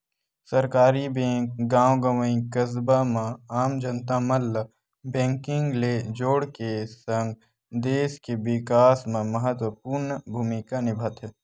सहकारी बेंक गॉव गंवई, कस्बा म आम जनता मन ल बेंकिग ले जोड़ के सगं, देस के बिकास म महत्वपूर्न भूमिका निभाथे